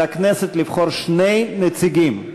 על הכנסת לבחור שני נציגים.